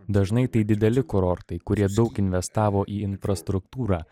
dažnai tai dideli kurortai kurie daug investavo į infrastruktūrą